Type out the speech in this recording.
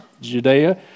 Judea